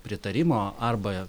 pritarimo arba